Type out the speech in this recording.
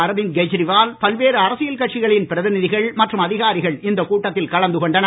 அரவிந்த் கெஜ்ரிவால் பல்வேறு அரசியல் கட்சிகளின் பிரதிநிதிகள் மற்றும் அதிகாரிகள் இந்த கூட்டத்தில் கலந்து கொண்டனர்